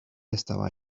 estaba